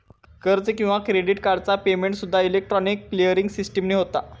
कर्ज किंवा क्रेडिट कार्डचा पेमेंटसूद्दा इलेक्ट्रॉनिक क्लिअरिंग सिस्टीमने होता